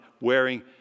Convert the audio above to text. wearing